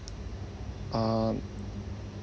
um